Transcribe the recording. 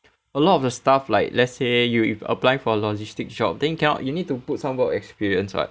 a lot of the stuff like let's say you if applying for logistics shop then cannot you need to put some work experience [what]